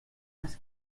les